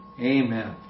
Amen